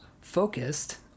focused